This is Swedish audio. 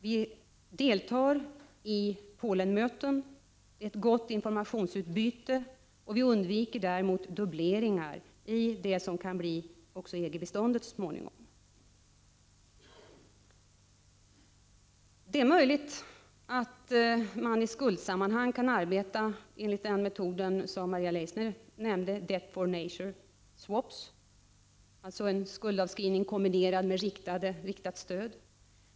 Vi deltar i Polenmöten, och vi har ett gott informationsutbyte, men vi undviker dubbleringar i det som kan bli EG-biståndet så småningom. Det är möjligt att man i skuldsammanhang kan arbeta enligt den metod som Maria Leissner nämnde, s.k. debt-for-nature-swaps, dvs. en skuldavskrivning kombinerad med riktat stöd.